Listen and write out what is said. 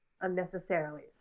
unnecessarily